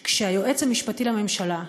כי היועץ המשפטי לממשלה,